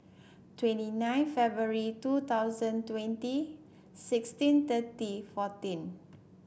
twenty nine February two thousand twenty sixteen thirty fourteen